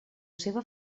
seva